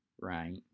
right